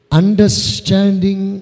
understanding